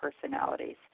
personalities